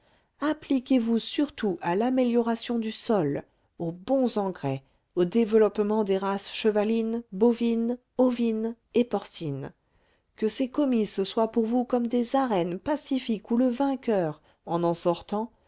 appliquez-vous surtout à l'amélioration du sol aux bons engrais au développement des races chevalines bovines ovines et porcines que ces comices soient pour vous comme des arènes pacifiques où le vainqueur en en sortant